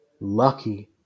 lucky